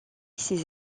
ses